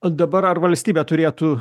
o dabar ar valstybė turėtų